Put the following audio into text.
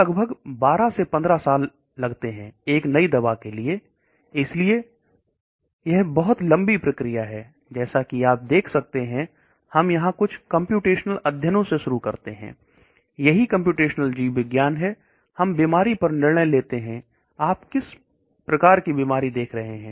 लगभग 12 से 15 साल लगते हैं एक नई दवा के लिए इसलिए यह बहुत लंबी प्रक्रिया है जैसा कि आप देख सकते हैं हम यहां कुछ कंप्यूटेशनल अध्ययनों से शुरू करते हैं यही कंप्यूटेशनल जीव विज्ञान है बीमारी पर निर्णय ले लेते हैं आप किस प्रकार की बीमारी देख रहे हैं